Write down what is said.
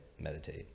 meditate